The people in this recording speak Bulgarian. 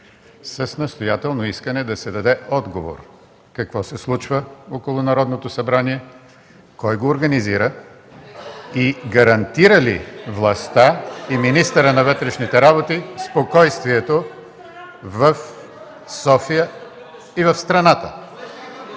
с настоятелно искане да се даде отговор какво се случва около Народното събрание, кой го организира и гарантира ли властта и министърът на вътрешните работи спокойствието в София и в страната.